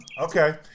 Okay